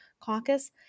caucus